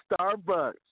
Starbucks